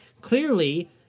clearly